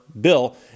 bill